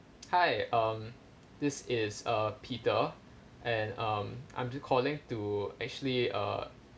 hi um this is uh peter and um I'm calling to actually uh